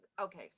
okay